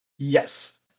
Yes